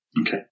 Okay